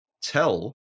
tell